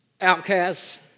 outcasts